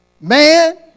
man